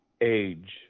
age